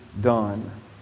done